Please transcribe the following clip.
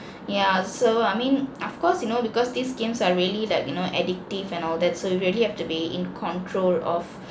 yeah so I mean of course you know because these games are really like you know addictive and all that so you really have to be in control of